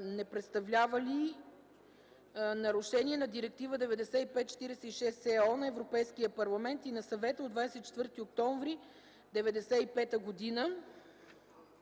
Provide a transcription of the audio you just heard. не представлява ли нарушение на Директива 95/46/ЕО на Европейския парламент и на Съвета от 24 октомври 1995 г.